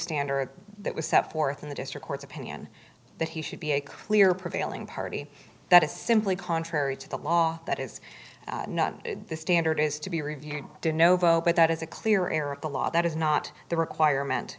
standard that was set forth in the district court's opinion that he should be a clear prevailing party that is simply contrary to the law that is not the standard is to be reviewed did no vote but that is a clear air of the law that is not the requirement